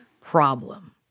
problem